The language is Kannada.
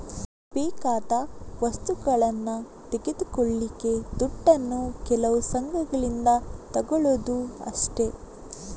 ಬೇಕಾದ ವಸ್ತುಗಳನ್ನ ತೆಗೆದುಕೊಳ್ಳಿಕ್ಕೆ ದುಡ್ಡನ್ನು ಕೆಲವು ಸಂಘಗಳಿಂದ ತಗೊಳ್ಳುದು ಅಷ್ಟೇ